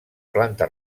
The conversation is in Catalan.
planta